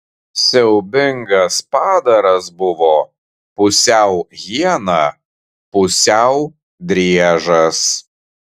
siaubingas padaras buvo pusiau hiena pusiau driežas